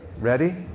Ready